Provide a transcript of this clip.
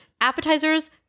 Appetizers